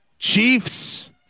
Chiefs